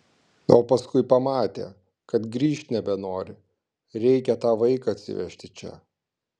o paskui pamatė kad grįžt nebenori reikia tą vaiką atsivežti čia